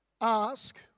Ask